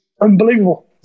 Unbelievable